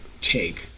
take